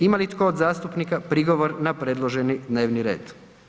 Ima li tko od zastupnika prigovor na predloženi dnevni red?